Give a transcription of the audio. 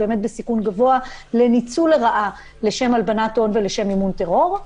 באמת בסיכון גבוה לניצול לרעה לשם הלבנת הון ולשם מימון טרור.